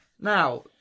now